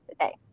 today